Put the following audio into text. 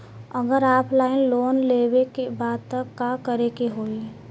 अगर offline loan लेवे के बा त का करे के होयी?